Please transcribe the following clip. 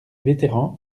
vétérans